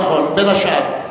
נכון, בין השאר.